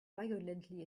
violently